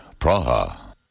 Praha